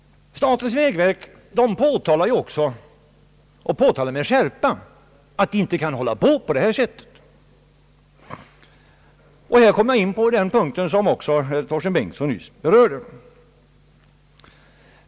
Statens vägverk påtalar också med skärpa att vi inte kan fortsätta på detta sätt. Här kommer jag in på den punkt som också herr Torsten Bengtson nyss berörde.